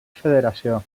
federació